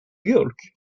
york